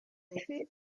effet